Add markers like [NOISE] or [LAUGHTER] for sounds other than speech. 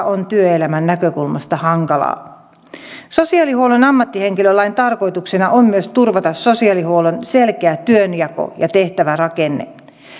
[UNINTELLIGIBLE] on työelämän näkökulmasta hankalaa sosiaalihuollon ammattihenkilölain tarkoituksena on myös turvata sosiaalihuollon selkeä työnjako ja tehtävärakenne